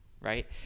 Right